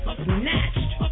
snatched